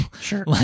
Sure